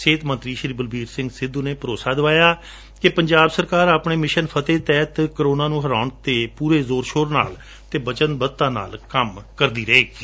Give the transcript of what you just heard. ਸਿਹਤ ਮੰਤਰੀ ਸ਼੍ਰੀ ਬਲਬੀਰ ਸਿੰਘ ਸਿੱਧੂ ਨੇ ਭਰੋਸਾ ਦਵਾਇਆ ਕਿ ਪੰਜਾਬ ਸਰਕਾਰ ਆਪਣੇ ਮਿਸ਼ਨ ਫਤਿਹ ਤਹਿਤ ਕੋਰੋਨਾ ਨੂੰ ਹਰਾਉਣ ਲਈ ਪੂਰੇ ਜੋਰ ਸੋਰ ਅਤੇ ਵਚਨਬੱਧਤਾ ਨਾਲ ਕੰਮ ਕਰਦੀ ਰਹੇਗੀ